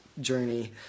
journey